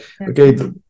okay